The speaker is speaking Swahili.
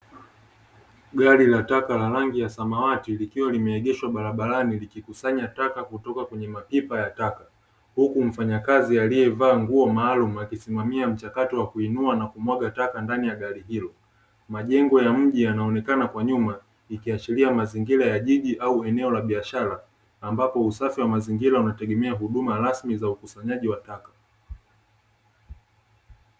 Gari la taka la rangi ya Samawati likiwa limeegeshwa barabarani, likikusanya taka kutoka kwenye mapipa ya taka, huku mfanyakazi aliyevaa nguo maalumu akisimamia mchakato wa kuinua na kumwanga taka ndani ya gari hilo, majengo ya mji yanaonekana kwa nyuma ikiashiria mazingira ya jiji au eneo la biashara, ambapo usafi wa mazingira unategemea huduma rasmi za ukusanyanyi wa taka.